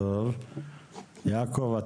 יעקב,